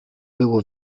było